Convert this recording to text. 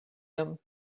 him